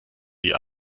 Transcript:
die